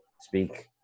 speak